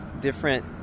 different